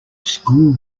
school